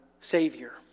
Savior